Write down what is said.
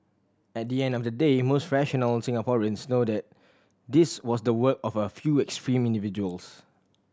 at the end of the day most rational Singaporeans know that this was the work of a few extreme individuals